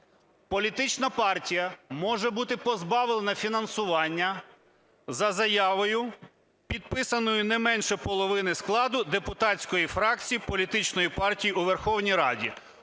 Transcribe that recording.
політична партія може бути позбавлена фінансування за заявою, підписаною не менше половини складу депутатської фракції політичної партії у Верховній Раді.